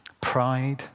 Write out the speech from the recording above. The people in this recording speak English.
pride